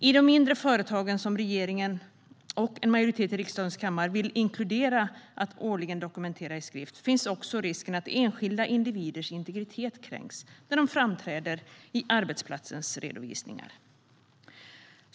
I de mindre företag som regeringen och en majoritet i riksdagens kammare vill inkludera när det gäller att årligen dokumentera i skrift finns risken att enskilda individers integritet kränks när de framträder i arbetsplatsens redovisning.